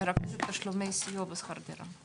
מרכזת תשלומי סיוע בשכר דירה.